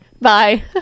Bye